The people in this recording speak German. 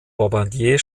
bombardier